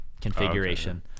configuration